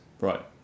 Right